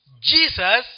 Jesus